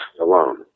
alone